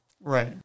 Right